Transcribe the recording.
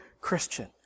Christian